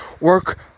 work